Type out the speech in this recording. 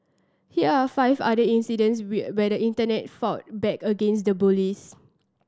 here are five other incidents where the Internet fought back against the bullies